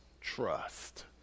trust